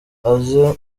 aza